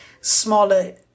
smaller